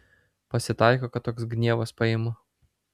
pasitaiko kad toks gnievas paima